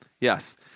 Yes